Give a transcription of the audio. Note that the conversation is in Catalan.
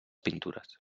pintures